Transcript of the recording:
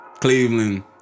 Cleveland